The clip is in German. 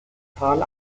total